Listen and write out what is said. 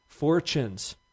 fortunes